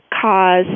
cause